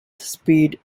speed